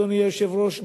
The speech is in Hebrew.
אדוני היושב-ראש,